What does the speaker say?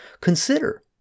Consider